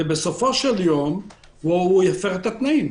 ובסופו של יום הוא הפר את התנאים.